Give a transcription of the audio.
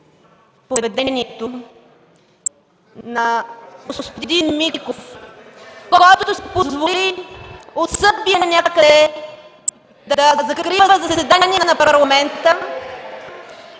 поведението на господин Миков, който си позволи от Сърбия някъде да закрива заседание на Парламента